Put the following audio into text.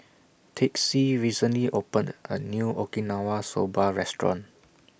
Texie recently opened A New Okinawa Soba Restaurant